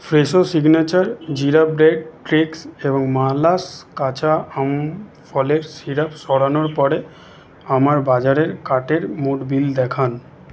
Fresho signature jeera bread sticks এবং মালাস কাঁচা আম ফলের সিরাপ সরানোর পরে আমার বাজারের কার্টের মোট বিল দেখান